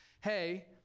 hey